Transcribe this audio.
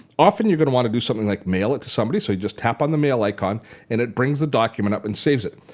often you're going to want to do something like mail it to somebody so you just tap on the mail icon and it brings the document up and saves it.